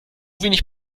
wenig